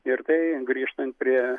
ir tai grįžtant prie